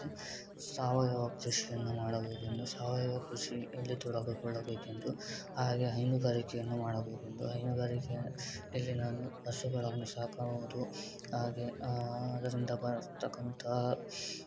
ಸಾವಯವ ಕೃಷಿಯನ್ನು ಮಾಡಬೇಕೆಂದು ಸಾವಯವ ಕೃಷಿಯಲ್ಲಿ ತೊಡಗಿಕೊಳ್ಳಬೇಕೆಂದು ಹಾಗೆ ಹೈನುಗಾರಿಕೆಯನ್ನು ಮಾಡಬೇಕೆಂದು ಹೈನುಗಾರಿಕೆಯಲ್ಲಿ ನಾನು ಪಶುಗಳನ್ನು ಸಾಕುವುದು ಹಾಗೆ ಅದರಿಂದ ಬರತಕ್ಕಂಥ